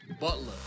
Butler